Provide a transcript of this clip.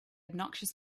obnoxious